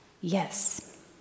Yes